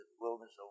wilderness